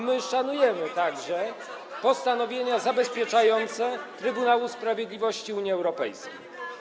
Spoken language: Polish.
My szanujemy także postanowienia zabezpieczające Trybunału Sprawiedliwości Unii Europejskiej.